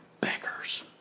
beggars